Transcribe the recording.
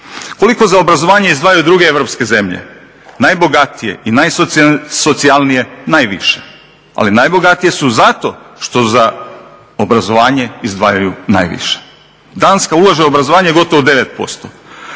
Koliko za obrazovanje izdvajaju druge europske zemlje. Najbogatije i najsocijalnije najviše, ali najbogatije su zato što za obrazovanje izdvajaju najviše. Danska ulaže u obrazovanje gotovo 9%.